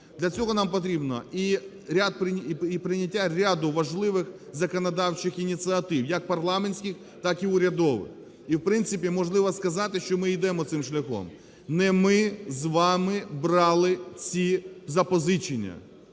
Для цього нам потрібно і прийняття ряду важливих законодавчих ініціатив як парламентських, так і урядових. І в принципі, можливо сказати, що ми йдемо цим шляхом. Не ми з вами брали ці запозичення,